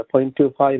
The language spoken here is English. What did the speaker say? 0.25